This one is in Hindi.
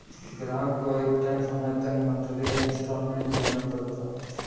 ग्राहक को एक तय समय तक मंथली इंस्टॉल्मेंट देना पड़ता है